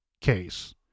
case